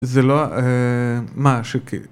זה לא... מה, שקט